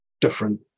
different